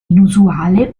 inusuale